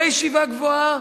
וישיבה גבוהה,